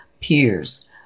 peers